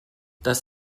das